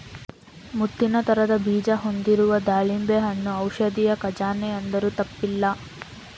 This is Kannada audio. ಮುತ್ತಿನ ತರದ ಬೀಜ ಹೊಂದಿರುವ ದಾಳಿಂಬೆ ಹಣ್ಣು ಔಷಧಿಯ ಖಜಾನೆ ಅಂದ್ರೂ ತಪ್ಪಲ್ಲ